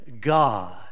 God